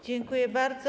Dziękuję bardzo.